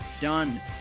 done